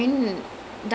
but how though